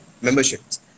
memberships